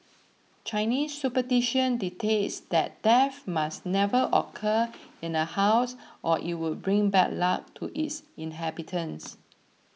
Chinese superstition dictates that death must never occur in a house or it would bring bad luck to its inhabitants